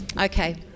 Okay